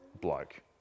bloke